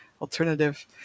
alternative